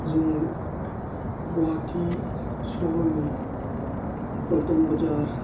जों गुवाहाटी सहरनि पलटन बाजार